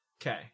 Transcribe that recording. Okay